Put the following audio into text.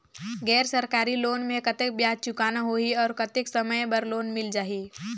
गैर सरकारी लोन मे कतेक ब्याज चुकाना होही और कतेक समय बर लोन मिल जाहि?